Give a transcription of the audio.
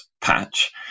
patch